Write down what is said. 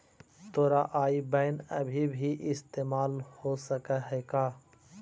तोरा आई बैन अभी भी इस्तेमाल हो सकऽ हई का?